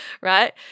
right